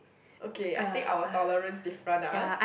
okay I think our tolerance different ah